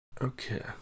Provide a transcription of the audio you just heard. Okay